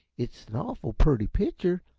it's an awful purty pitcher,